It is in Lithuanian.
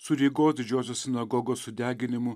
su rygos didžiosios sinagogos sudeginimu